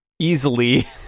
easily